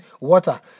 water